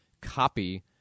copy